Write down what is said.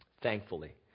thankfully